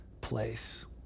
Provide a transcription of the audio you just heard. place